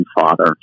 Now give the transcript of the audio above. father